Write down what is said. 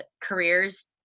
careers